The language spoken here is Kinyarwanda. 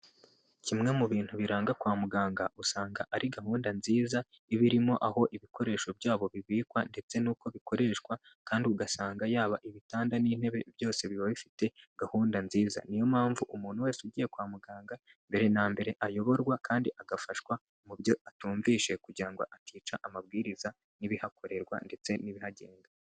Kimwe mu bintu biranga kwa muganga usanga ari gahunda nziza ibirimo aho ibikoresho byabo bibikwa ndetse n'uko bikoreshwa kandi ugasanga yaba ibitanda n'intebe byose biba bifite gahunda nziza. niyo mpamvu umuntu wese ugiye kwa muganga mbere na mbere ayoborwa kandi agafashwa mu byo atumvise kugira ngo atica amabwiriza y'ibihakorerwa ndetse n'ibihagenga.